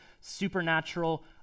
supernatural